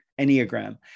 Enneagram